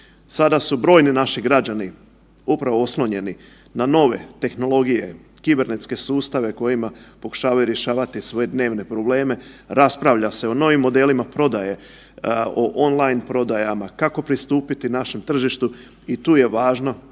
Sada su brojni naši građani upravo oslonjeni na nove tehnologije, kibernetske sustave kojima pokušavaju rješavati svoje dnevne probleme, raspravlja se o novim modelima prodaje o on line prodajama, kako pristupiti našem tržištu i tu je važno